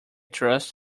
trust